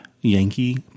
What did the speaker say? Yankee